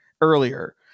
earlier